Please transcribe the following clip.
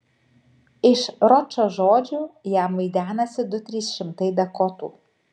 iš ročo žodžių jam vaidenasi du trys šimtai dakotų